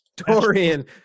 Dorian